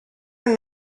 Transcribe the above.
are